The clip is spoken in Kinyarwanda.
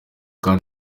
kandi